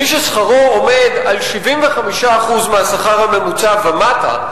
מי ששכרו עומד על 75% מהשכר הממוצע ומטה,